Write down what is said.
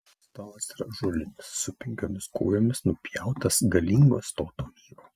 stalas yra ąžuolinis su penkiomis kojomis nupjautas galingo stoto vyro